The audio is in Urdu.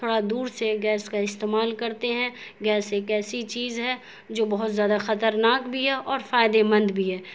تھوڑا دور سے گیس کا استعمال کرتے ہیں گیس ایک ایسی چیز ہے جو بہت زیادہ خطرناک بھی ہے اور فائدے مند بھی ہے